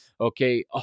okay